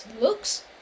looks